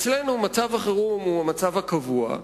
אצלנו מצב החירום הוא המצב הקבוע,